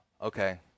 okay